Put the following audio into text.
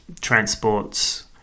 transports